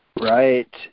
Right